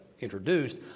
introduced